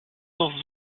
auch